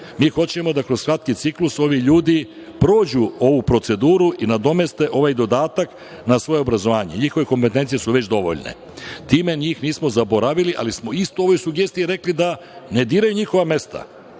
Mi hoćemo da kroz kratki ciklus ovi ljudi prođu ovu proceduru i nadomeste ovaj dodatak na svoje obrazovanje i njihove kompetencije su već dovoljne. Time njih nismo zaboravili, ali smo isto u ovoj sugestiji rekli da ne diraju njihova mesta.